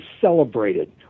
celebrated